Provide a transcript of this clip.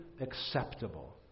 acceptable